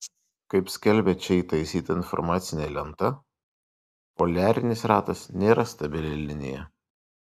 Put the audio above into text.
kaip skelbia čia įtaisyta informacinė lenta poliarinis ratas nėra stabili linija